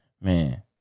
Man